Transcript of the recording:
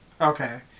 Okay